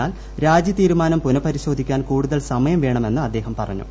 എന്നാൽ രാജി തീരുമാനം പുനപരിശോധിക്കാൻ കൂടുതൽ സമയം വേണമെന്ന് അദ്ദേഹം പറഞ്ഞു